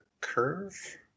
Curve